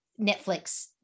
Netflix